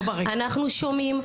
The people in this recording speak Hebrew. אנחנו שומעים,